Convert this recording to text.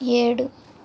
ఏడు